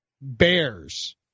Bears